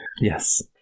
Yes